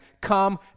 come